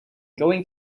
going